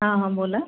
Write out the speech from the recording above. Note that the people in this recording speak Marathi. हा हा बोला